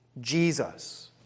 Jesus